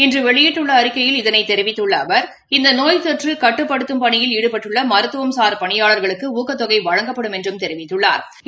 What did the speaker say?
இன்றுவெளியிட்டுள்ள அறிக்கையில் இதனைதெரிவித்துள்ள அவர் இந்தநோய்த்தொற்றுகட்டுப்படுத்தும் பணியில் ஈடுபட்டுள்ளமருத்துவசாா் பணியாளா்களுக்குஊக்கத்தெகைவழங்கப்படும் என்றும் தெரிவித்துள்ளாா்